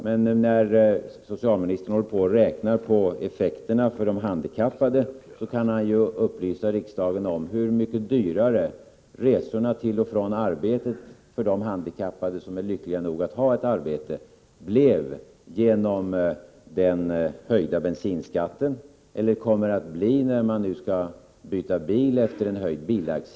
Men när socialministern ändå håller på med att beräkna vilka effekterna skulle bli för de handikappade kan han ju upplysa riksdagen om hur mycket dyrare resorna till och från arbetet för de handikappade som är lyckliga nog att ha ett arbete blev genom den höjda bensinskatten, eller hur mycket dyrare det kommer att bli för dem som skall byta bil efter den höjda bilaccisen.